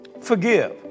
forgive